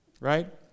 right